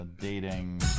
Dating